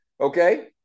Okay